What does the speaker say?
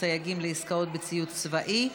סייגים לעסקאות בציוד צבאי),